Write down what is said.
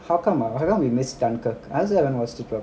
how come ah how come we missed dunkirk I also haven't watched it